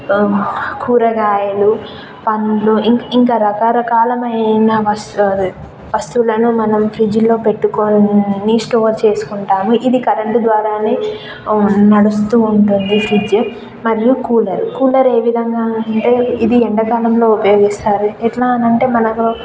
కూరగాయలు పండ్లు ఇంకా రకరకాలైన వస్తువులను మనం ఫ్రిడ్జ్లో పెట్టుకొని స్టోర్ చేసుకుంటాము ఇది కరెంటు ద్వారానే నడుస్తూ ఉంటుంది ఫ్రిజ్జు మరియు కూలర్ కూలర్ ఏ విధంగా అంటే ఇది ఎండాకాలంలో ఉపయోగిస్తారు ఎట్లా అని అంటే మనకు